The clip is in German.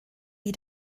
wie